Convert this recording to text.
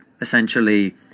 essentially